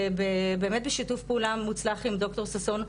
באמת בשיתוף פעולה מוצלח עם ד"ר ששון,